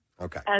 Okay